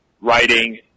writing